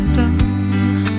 done